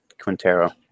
Quintero